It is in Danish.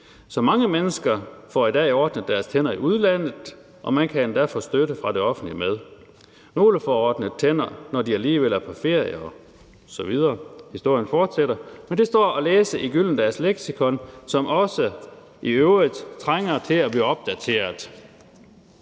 Så mange mennesker får i dag ordnet deres tænder i udlandet, og man kan endda få støtte fra det offentlige med. Nogle får ordnet tænder, når de alligevel er på ferie osv. Historien fortsætter, men det står at læse i Gyldendals Leksikon, som i øvrigt også trænger til at blive opdateret.